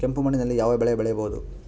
ಕೆಂಪು ಮಣ್ಣಿನಲ್ಲಿ ಯಾವ ಬೆಳೆ ಬೆಳೆಯಬಹುದು?